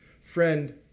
Friend